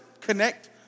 connect